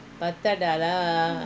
my friend my friend ah